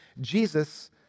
Jesus